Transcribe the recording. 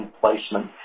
placement